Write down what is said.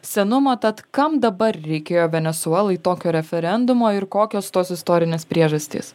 senumo tad kam dabar reikėjo venesuelai tokio referendumo ir kokios tos istorinės priežastys